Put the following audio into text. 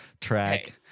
track